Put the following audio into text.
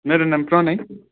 मेरो नाम प्रणय